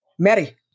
Mary